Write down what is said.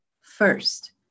First